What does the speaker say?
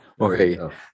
okay